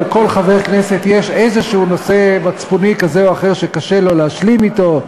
אבל לכל חבר כנסת יש איזה נושא מצפוני כזה או אחר שקשה לו להשלים אתו,